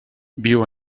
viu